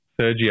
Sergio